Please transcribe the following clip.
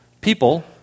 people